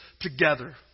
together